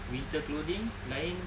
winter clothings lain